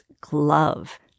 glove